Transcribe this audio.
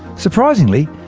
surprisingly,